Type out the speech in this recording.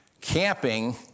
Camping